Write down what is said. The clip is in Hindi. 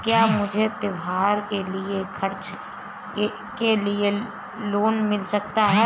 क्या मुझे त्योहार के खर्च के लिए लोन मिल सकता है?